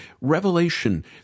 Revelation